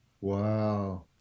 Wow